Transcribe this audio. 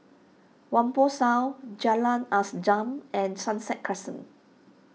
Whampoa South Jalan and Sunset Crescent